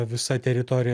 visa teritorija